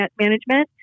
Management